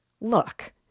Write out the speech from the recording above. Look